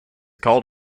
called